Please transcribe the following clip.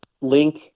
link